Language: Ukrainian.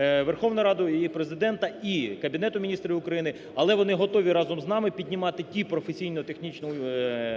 Верховної Ради, і Президента, і Кабінету Міністрів України, але вони готові разом з нами піднімати ті професійно-технічні учбові